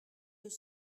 deux